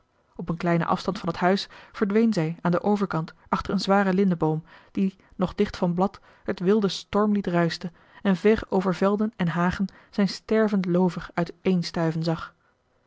op een kleinen afstand van het huis verdween zij aan den overkant achter een zwaren lindeboom die nog dicht van blad het wilde stormlied ruischte en ver over velden en hagen zijn stervend loover uit een stuiven zag